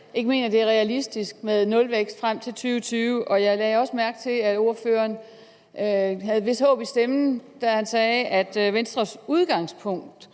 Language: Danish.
ikke mener, at det er realistisk med en nulvækst frem til 2020, og jeg lagde også mærke til, at ordføreren havde et vist håb i stemmen, da han sagde, at Venstres udgangspunkt